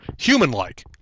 human-like